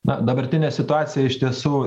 na dabartinė situacija iš tiesų